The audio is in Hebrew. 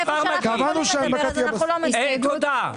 תודה.